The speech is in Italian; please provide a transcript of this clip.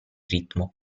ritmo